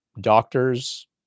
doctors